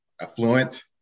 affluent